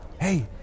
Hey